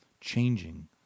changing